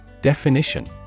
Definition